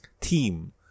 team